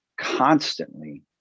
Constantly